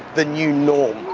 the new norm.